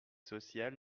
sociale